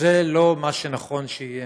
זה לא מה שנכון שיהיה.